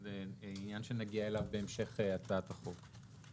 זה עניין שנגיע אליו בהמשך הצעת החוק.